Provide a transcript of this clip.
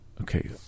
Okay